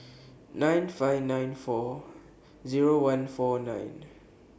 nine five nine four Zero one four nine